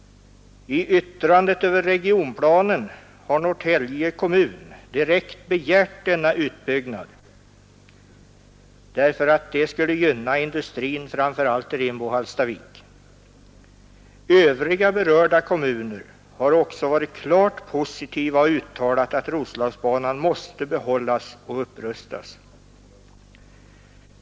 I yttrandet över regionplanen har Norrtälje kommun direkt begärt denna utbyggnad, därför att den skulle gynna industrin, framför allt i Rimbo och Hallstavik. Övriga berörda kommuner har också varit klart positiva och uttalat att Roslagsbanan måste behållas och upprustas.